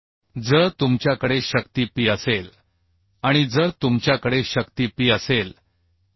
त्या बोल्टची स्थिती एकतर नियमित किंवा झिगझॅग असते त्यानुसार आपण साधन बनवू शकतो